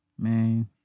Man